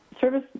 service